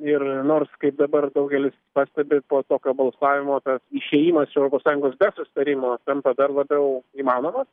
ir nors kaip dabar daugelis pastebi po tokio balsavimo tas išėjimas iš europos sąjungos be susitarimo tampa dar labiau įmanomas